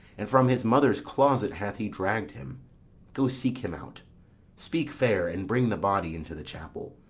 and from his mother's closet hath he dragg'd him go seek him out speak fair, and bring the body into the chapel.